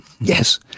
yes